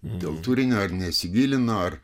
dėl turinio ar nesigilino ar